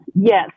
Yes